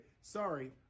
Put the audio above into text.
sorry